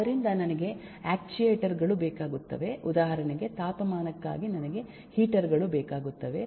ಆದ್ದರಿಂದ ನನಗೆ ಆಕ್ಟುಯೇಟರ್ ಗಳು ಬೇಕಾಗುತ್ತವೆ ಉದಾಹರಣೆಗೆ ತಾಪಮಾನಕ್ಕಾಗಿ ನನಗೆ ಹೀಟರ್ ಗಳು ಬೇಕಾಗುತ್ತವೆ